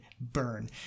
burn